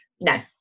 no